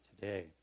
today